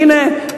הנה,